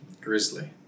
Grizzly